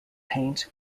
paint